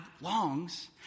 longs